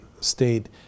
state